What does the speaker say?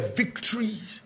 victories